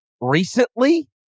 recently